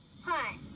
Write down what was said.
Hi